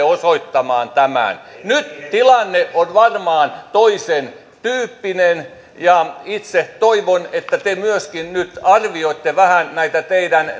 osoittamaan tämän nyt tilanne on varmaan toisen tyyppinen ja itse toivon että te myöskin nyt arvioitte vähän näitä teidän